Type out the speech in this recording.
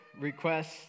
requests